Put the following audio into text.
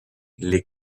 les